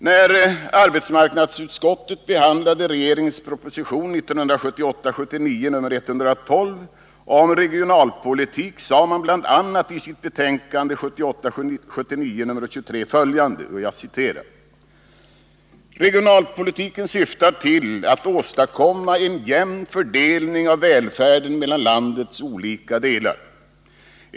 När arbetsmarknadsutskottet behandlade regeringens proposition 1978 79:23 följande: ”Regionalpolitiken syftar till att åstadkomma en jämn fördelning av välfärden mellan landets olilka delar.